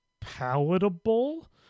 palatable